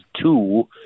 two